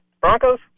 Broncos